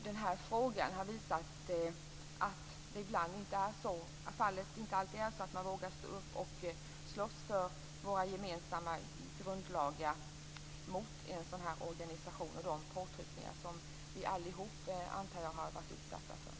Den här frågan har visat att fallet inte alltid är så att man vågar stå upp och slåss för våra grundlagar mot en organisation av den här typen och mot de påtryckningar som jag antar att vi allihop har varit utsatta för.